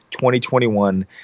2021